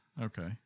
Okay